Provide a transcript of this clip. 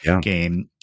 game